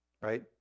right